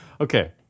Okay